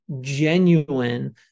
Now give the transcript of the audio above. genuine